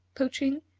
poaching,